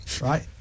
Right